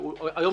היום,